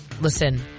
Listen